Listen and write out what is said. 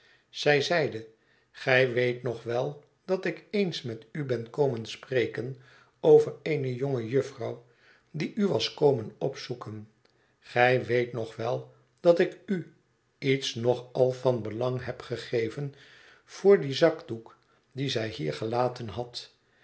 zij zeide gij weet nog wel dat ik eens met u ben komen spreken over eene jonge jufvrouw die u was komen opzoeken gij weet nog wel dat ik u iets nog al van belang heb gegeven voor dien zakdoek dien zij hier gelaten had